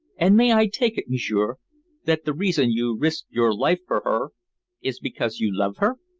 and may i take it, m'sieur, that the reason you risked your life for her is because you love her?